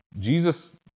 Jesus